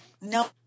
No